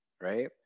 Right